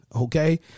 okay